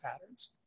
patterns